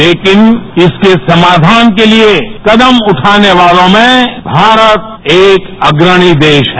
लेकिन इसके समाधान के लिए कदम उठाने वालों में भारत एक अग्रणी देश है